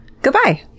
Goodbye